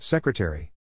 Secretary